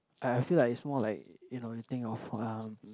I I feel like is more like you know you think of um